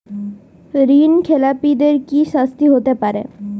ঋণ খেলাপিদের কি শাস্তি হতে পারে?